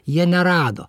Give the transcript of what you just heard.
jie nerado